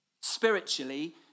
Spiritually